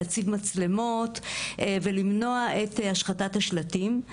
להציב מצלמות ולמנוע את השחתת השלטים.